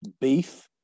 beef